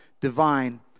divine